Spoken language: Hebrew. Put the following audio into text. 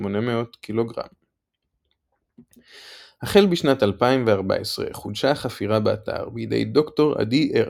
החל בשנת 2014 חודשה החפירה באתר בידי ד"ר עדי ארליך,